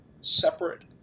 separate